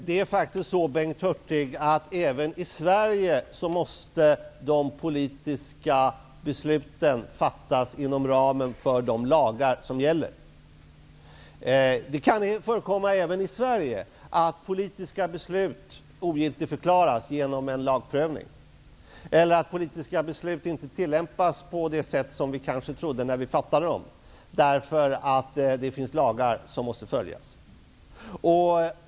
Herr talman! Även i Sverige, Bengt Hurtig, måste faktiskt de politiska besluten fattas inom ramen för de lagar som gäller. Det kan förekomma även i Sverige att politiska beslut ogiltigförklaras genom en lagprövning eller att politiska beslut inte tillämpas på det sätt som vi kanske trodde när vi fattade dem därför att det finns lagar som måste följas.